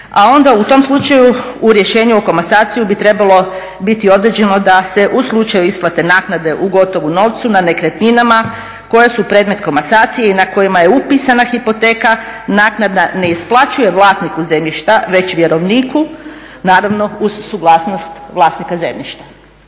A onda u tom slučaju u rješenju o komasaciji bi trebalo biti određeno da se u slučaju isplate naknade u gotovu novcu na nekretninama koje su predmet komasacije i na kojima je upisana hipoteka naknada ne isplaćuje vlasniku zemljišta već vjerovniku, naravno uz suglasnost vlasnika zemljišta.